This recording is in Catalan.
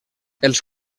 els